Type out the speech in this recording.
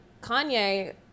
Kanye